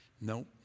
nope